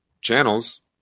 channels